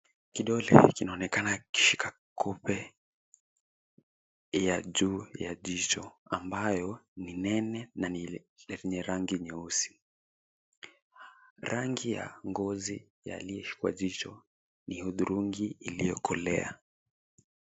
Kidole kinaonekana kikishika kope ya juu ya jicho ambayo ni nene na yenye rangi nyeusi. Rangi ya ngozi ya lids kwa jicho ni udhurungi iliyokolea.